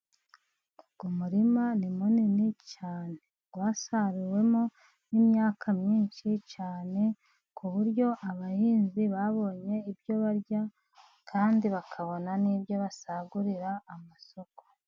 Umurima ni munini cyane. Wasaruwemo n'imyaka myinshi cyane, ku buryo abahinzi babonye ibyo barya, kandi bakabona n'ibyo basagurira amasoko.